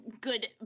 good